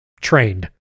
trained